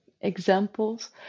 examples